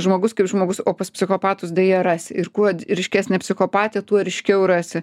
žmogus kaip žmogus o pas psichopatus deja rasi ir kuo ryškesnė psichopatija tuo ryškiau rasi